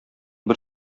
бер